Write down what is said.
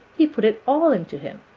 he put it all into him.